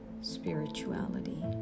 spirituality